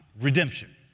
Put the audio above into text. Redemption